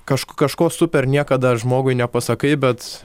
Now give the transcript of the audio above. kaž kažko super niekada žmogui nepasakai bet